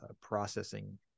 processing